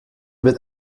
wird